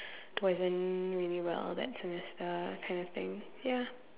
wasn't really well that semester kind of thing ya